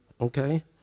okay